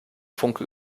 funke